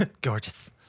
Gorgeous